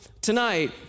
tonight